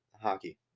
hockey